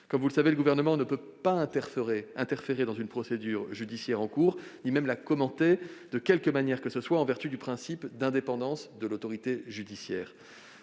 Comme vous le savez, le Gouvernement ne peut interférer dans une procédure judiciaire en cours, ni même la commenter de quelque manière que ce soit, en vertu du principe d'indépendance de l'autorité judiciaire.